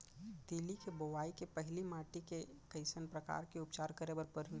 तिलि के बोआई के पहिली माटी के कइसन प्रकार के उपचार करे बर परही?